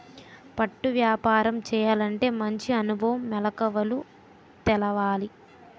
పట్టు వ్యాపారం చేయాలంటే మంచి అనుభవం, మెలకువలు తెలవాలి